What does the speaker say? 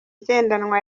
igendanwa